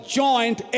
joint